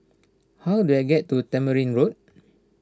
how do I get to Tamarind Road